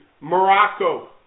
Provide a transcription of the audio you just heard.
Morocco